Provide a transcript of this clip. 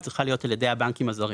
צריכה להיות על ידי הבנקים הזרים.